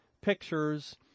pictures